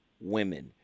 women